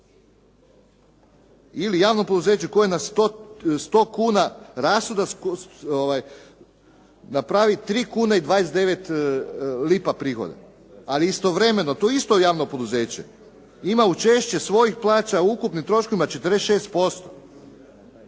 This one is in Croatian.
Ili javno poduzeće koje na 100 kuna rashoda napravi 3 kune i 29 lipa prihoda. Ali istovremeno to isto javno poduzeće ima učešće svojih plaća u ukupnim troškovima 46%.